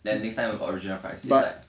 then next time will be original price is like